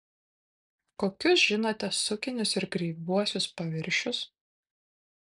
kokius žinote sukinius ir kreivuosius paviršius